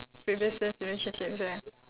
previous years relationships ah